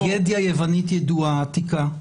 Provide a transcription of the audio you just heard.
יוונית ידועה עתיקה,